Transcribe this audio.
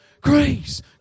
Grace